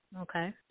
Okay